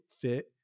fit